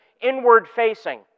inward-facing